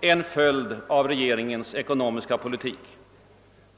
en följd av regeringens ekonomiska politik.